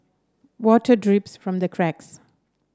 water drips from the cracks